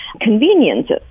conveniences